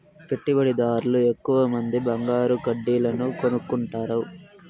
పెట్టుబడిదార్లు ఎక్కువమంది బంగారు కడ్డీలను కొనుక్కుంటారు